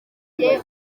bari